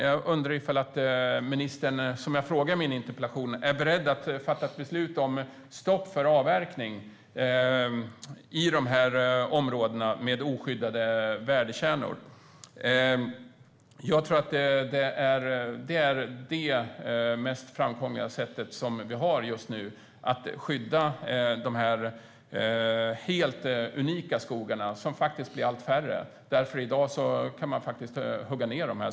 Jag undrar om ministern är beredd att fatta ett beslut om stopp för avverkning i de här områdena med oskyddade värdekärnor, som jag frågade i min interpellation. Jag tror att det är det mest framkomliga sätt som vi har just nu för att skydda dessa helt unika skogar, som blir allt färre. I dag kan man faktiskt hugga ned dem.